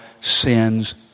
sins